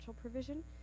provision